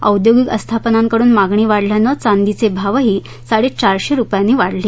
औद्योगिक आस्थापनांकडून मागणी वाढल्यानं चांदीचे भावही साडेचारशे रुपयांनी वाढले